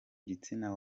gitsina